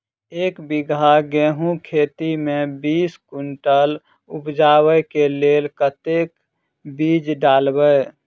एक बीघा गेंहूँ खेती मे बीस कुनटल उपजाबै केँ लेल कतेक बीज डालबै?